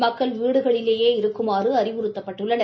மக்கள் வீடுகளிலேயே இருக்குமாறு அறிவுறுத்தப்பட்டுள்ளனர்